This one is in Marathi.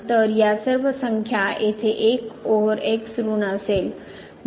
तर या सर्व संख्या येथे 1 ओव्हर x ऋण असेल